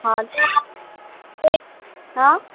ହଁ ତ ରେଟ୍ ହଁ